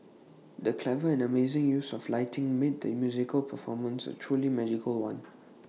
the clever and amazing use of lighting made the musical performance A truly magical one